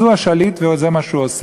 אז הוא השליט וזה מה שהוא עושה.